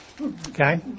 Okay